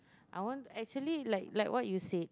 I want actually like like what you said